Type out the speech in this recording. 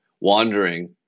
wandering